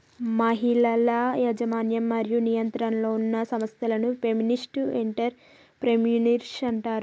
మహిళల యాజమాన్యం మరియు నియంత్రణలో ఉన్న సంస్థలను ఫెమినిస్ట్ ఎంటర్ ప్రెన్యూర్షిప్ అంటారు